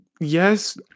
yes